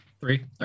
Three